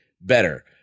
better